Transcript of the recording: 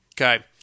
Okay